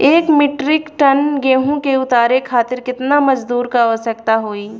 एक metric tonne गेहूँ के उतारे खातीर कितना मजदूर क आवश्यकता होई?